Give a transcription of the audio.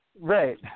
right